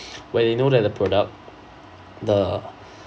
where they know that the product the